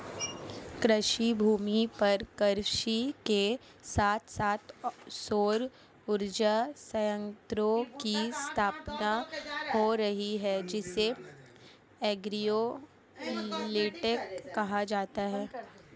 कृषिभूमि पर कृषि के साथ साथ सौर उर्जा संयंत्रों की स्थापना हो रही है जिसे एग्रिवोल्टिक कहा जाता है